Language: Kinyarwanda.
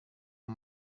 uwo